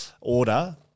order